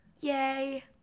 Yay